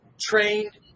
trained